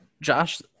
Josh